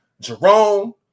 Jerome